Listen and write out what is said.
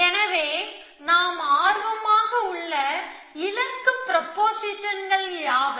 எனவே நாம் ஆர்வமாக உள்ள இலக்கு ப்ரொபொசிஷன்கள் யாவை